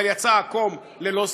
אבל יצא עקום ללא ספק.